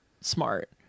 smart